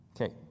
Okay